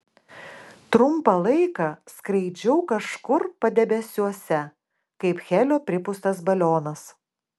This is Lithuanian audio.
trumpą laiką skraidžiau kažkur padebesiuose kaip helio pripūstas balionas